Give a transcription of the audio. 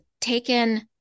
taken